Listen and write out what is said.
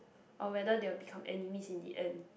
or whether they will become enemies in the end